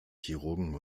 chirurgen